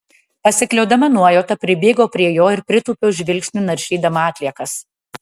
pasikliaudama nuojauta pribėgau prie jo ir pritūpiau žvilgsniu naršydama atliekas